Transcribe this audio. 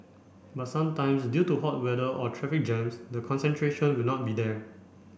but sometimes due to hot weather or traffic jams the concentration will not be there